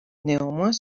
néanmoins